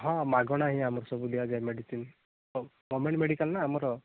ହଁ ମାଗଣା ହିଁ ଆମର ସବୁ ଦିଆଯାଏ ମେଡ଼ିସିନ୍ ସବୁ ଗଭର୍ଣ୍ଣମେଣ୍ଟ୍ ମେଡ଼ିକାଲ୍ ନା ଆମର